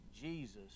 Jesus